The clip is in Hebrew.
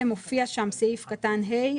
מופיע של סעיף קטן (ה),